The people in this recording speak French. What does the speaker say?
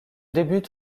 débutent